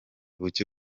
buke